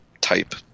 type